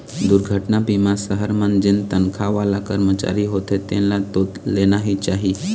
दुरघटना बीमा सहर मन जेन तनखा वाला करमचारी होथे तेन ल तो लेना ही चाही